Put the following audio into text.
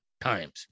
times